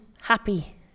happy